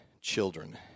children